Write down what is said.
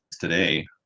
today